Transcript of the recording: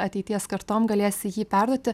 ateities kartom galėsi jį perduoti